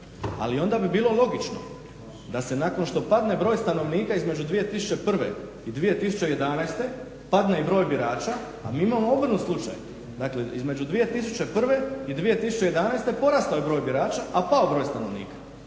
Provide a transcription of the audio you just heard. Ali onda bi bilo logično da se nakon što padne broj stanovnika između 2001. i 2011. padne i broj birača, a mi imao obrnut slučaj, dakle između 2001. i 2011. porastao je broj birača, a pao broj stanovnika.